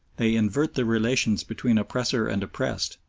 they invert the relations between oppressor and oppressed,